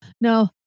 No